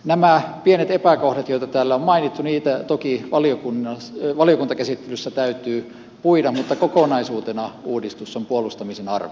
näitä pieniä epäkohtia joita täällä on mainittu toki valiokuntakäsittelyssä täytyy puida mutta kokonaisuutena uudistus on puolustamisen arvoinen